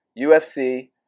UFC